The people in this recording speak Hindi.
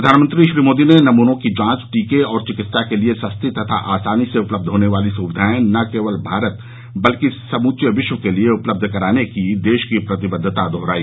प्रधानमंत्री श्री मोदी ने नमूनों की जांच टीके और चिकित्सा के लिए सस्ती तथा आसानी से उपलब्ध होने वाली सुविधाए न केवल भारत बल्कि समूचे विश्व के लिए उपलब्ध कराने की देश की प्रतिबद्वता दोहराई